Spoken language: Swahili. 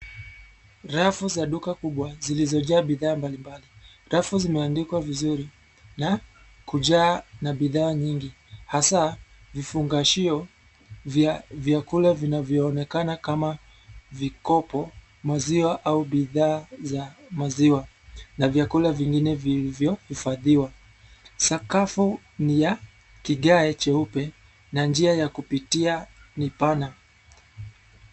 Rafu za duka kubwa zilizojaa bidhaa mbalimbali. Rafu zimeandikwa vizuri na kujaa na bidhaa nyingi; hasa vifungashio vya vyakula vinavyoonekana kama vikopo, maziwa au bidhaa za maziwa na vyakula vingine vilivyohifadhiwa. Sakafu ni ya kigae cheupe na njia ya kupitia ni pana.